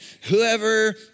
whoever